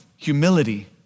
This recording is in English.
humility